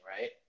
Right